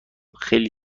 خیلی